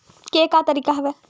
के का तरीका हवय?